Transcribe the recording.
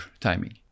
timing